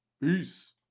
Peace